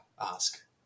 ask